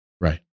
Right